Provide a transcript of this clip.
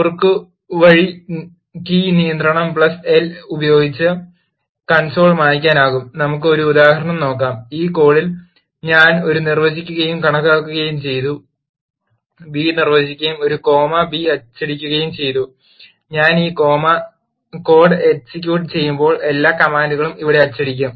കുറുക്കുവഴി കീ നിയന്ത്രണം L ഉപയോഗിച്ച് കൺസോൾ മായ് ക്കാനാകും നമുക്ക് ഒരു ഉദാഹരണം നോക്കാം ഈ കോഡിൽ ഞാൻ ഒരു നിർവചിക്കുകയും കണക്കാക്കുകയും ചെയ്ത b നിർവചിക്കുകയും ഒരു കോമ ബി അച്ചടിക്കുകയും ചെയ്തു ഞാൻ ഈ കോഡ് എക്സിക്യൂട്ട് ചെയ്യുമ്പോൾ എല്ലാ കമാൻഡുകളും ഇവിടെ അച്ചടിക്കും